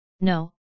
No